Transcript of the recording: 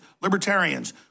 libertarians